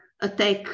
attack